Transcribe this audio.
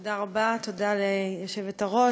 תודה רבה, תודה ליושבת-ראש.